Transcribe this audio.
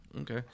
Okay